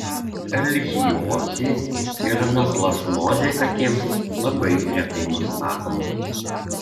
erlichiozė ir anaplazmozė katėms labai retai nustatomos